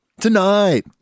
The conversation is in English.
tonight